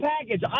package